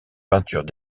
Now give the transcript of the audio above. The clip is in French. peintures